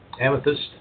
Amethyst